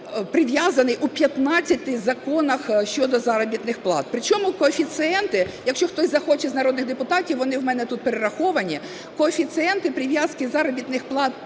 прив'язаним у 15 законах щодо заробітних плат. Причому коефіцієнти, якщо хтось захоче з народних депутатів, вони в мене тут перераховані, коефіцієнти прив'язки заробітних плат